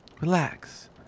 relax